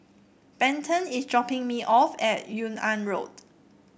Benton is dropping me off at Yung An Road